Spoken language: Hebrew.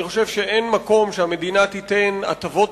אני חושב שאין מקום שהמדינה תיתן הטבות